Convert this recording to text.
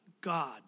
God